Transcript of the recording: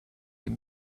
him